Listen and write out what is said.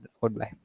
goodbye